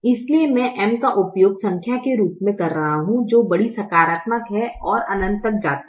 इसलिए मैं M का उपयोग संख्या के रूप मे कर रहा हूं जो बड़ी सकारात्मक है और अनंत तक जाती है